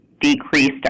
decreased